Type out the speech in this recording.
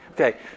Okay